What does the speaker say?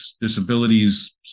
disabilities